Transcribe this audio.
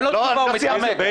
המרכזית --- התשובה שלך ברורה.